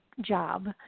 job